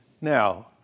Now